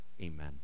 Amen